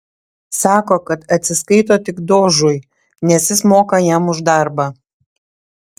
sako kad atsiskaito tik dožui nes jis moka jam už darbą